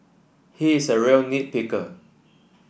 he is a real nit picker